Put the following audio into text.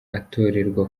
atorerwa